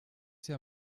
sie